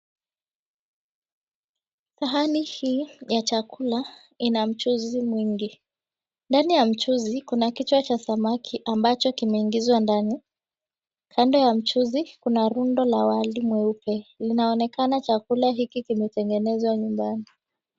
Sahani hii ya chakula ina mchuzi mwingi, ndani ya mchuzi kuna kichwa cha samaki ambacho kimeingizwa ndani, kando ya mchuzi kuna rundo la wali mweupe inaonekana chakula hiki kimetengenezwa nyumbani.